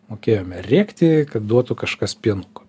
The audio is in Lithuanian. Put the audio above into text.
mokėjome rėkti kad duotų kažkas pienuko